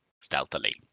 stealthily